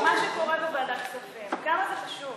כמה זה חשוב